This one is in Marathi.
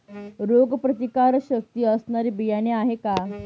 रोगप्रतिकारशक्ती असणारी बियाणे आहे का?